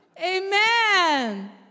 Amen